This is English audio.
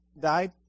died